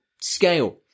scale